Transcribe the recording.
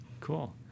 Cool